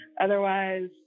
Otherwise